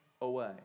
away